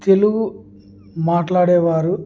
తెలుగు మాట్లాడేవారు